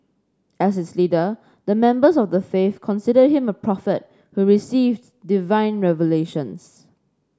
as its leader the members of the faith considered him a prophet who received divine revelations